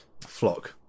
flock